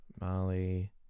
Molly